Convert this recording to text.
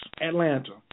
Atlanta